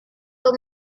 for